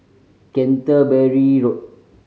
Canterbury Road